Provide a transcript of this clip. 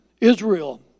Israel